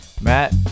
Matt